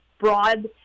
broad